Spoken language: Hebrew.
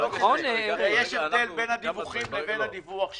יש הבדל בין הדיווחים לבין הדיווח שלך.